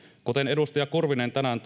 kuten edustaja kurvinen tänään